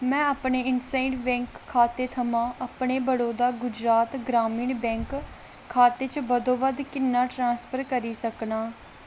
में अपने इंडसइंड बैंक खाते थमां अपने बड़ौदा गुजरात ग्रामीण बैंक खाते च बद्धोबद्ध किन्ना ट्रांसफर करी सकनां